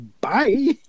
bye